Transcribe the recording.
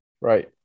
Right